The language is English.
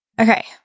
Okay